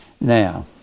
Now